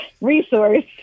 resource